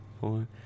four